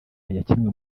yakinwe